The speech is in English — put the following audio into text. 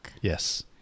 Yes